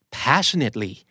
passionately